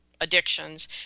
addictions